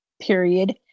period